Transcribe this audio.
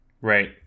Right